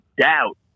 doubt